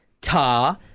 Ta